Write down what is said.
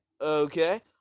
okay